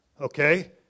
Okay